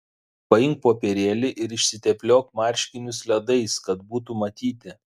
paimk popierėlį ir išsitepliok marškinius ledais kad būtų matyti